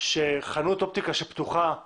שחנות אופטיקה שפתוחה ברגיל,